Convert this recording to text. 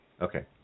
Okay